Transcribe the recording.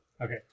Okay